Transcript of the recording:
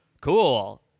Cool